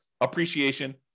appreciation